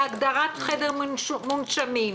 להגדרת חדר מונשמים,